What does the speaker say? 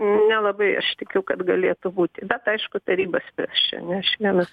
nelabai aš tikiu kad galėtų būti bet aišku taryba spręs čia ne aš viena